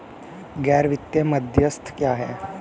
गैर वित्तीय मध्यस्थ क्या हैं?